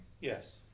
Yes